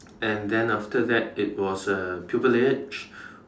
and then after that it was uh pupilage